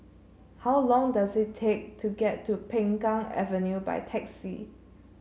how long does it take to get to Peng Kang Avenue by taxi